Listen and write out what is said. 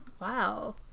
Wow